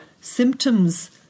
symptoms